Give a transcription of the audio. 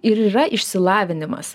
ir yra išsilavinimas